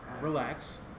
Relax